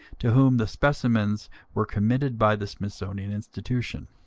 to whom the specimens were committed by the smithsonian institution